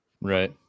Right